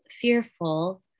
fearful